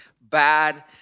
bad